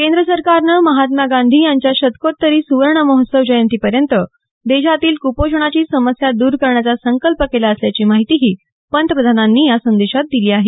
केंद्र सरकारनं महात्मा गांधी यांच्या शतकोत्तरी सुवर्ण महोत्सव जयंतीपर्यंत देशातील कुपोषणाची समस्या दर करण्याचा संकल्प केला असल्याची माहितीही पंतप्रधानांनी या संदेशात दिली आहे